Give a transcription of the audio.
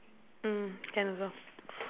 mm can also